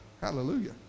hallelujah